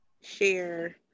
share